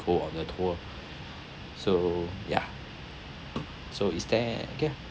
go on the tour so ya so is there okay